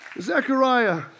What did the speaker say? Zechariah